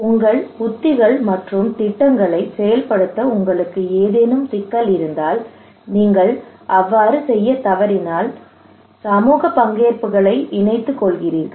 உங்கள் உத்திகள் மற்றும் திட்டங்களைச் செயல்படுத்த உங்களுக்கு ஏதேனும் சிக்கல் இருந்தால் நீங்கள் அவ்வாறு செய்யத் தவறினால் நீங்கள் சமூக பங்கேற்புகளை இணைத்துக்கொள்கிறீர்கள்